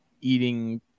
eating